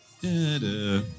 Da-da